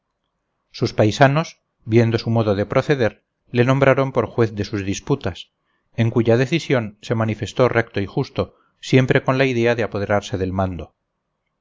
sus paisanos viendo su modo de proceder le nombraron por juez de sus disputas en cuya decisión se manifestó recto y justo siempre con la idea de apoderarse del mando